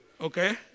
okay